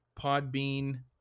Podbean